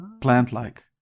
plant-like